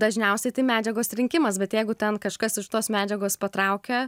dažniausiai tai medžiagos rinkimas bet jeigu ten kažkas iš tos medžiagos patraukia